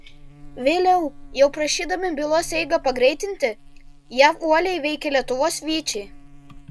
vėliau jau prašydami bylos eigą pagreitinti jav uoliai veikė lietuvos vyčiai